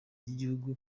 ry’igihugu